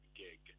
gig